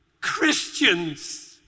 Christians